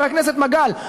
חבר הכנסת מגל,